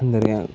എന്താ പറയുക